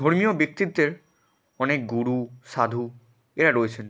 ধর্মীয় ব্যক্তিত্বের অনেক গুরু সাধু এরা রয়েছেন